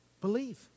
Believe